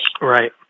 Right